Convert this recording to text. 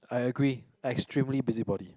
I agree extremely busybody